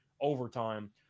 overtime